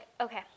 Okay